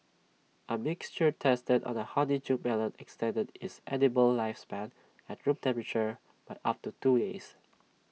A mixture tested on A honeydew melon extended its edible lifespan at room temperature by up to two days